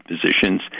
Positions